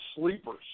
sleepers